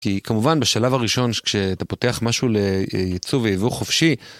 כי כמובן בשלב הראשון כשאתה פותח משהו לייצוא ויבוא חופשי